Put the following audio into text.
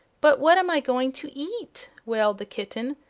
but what am i going to eat? wailed the kitten,